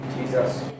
Jesus